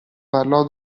parlò